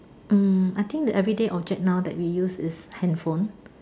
hmm I think the everyday object now we use is hand phone